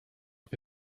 que